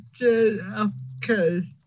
JFK